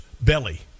belly